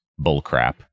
bullcrap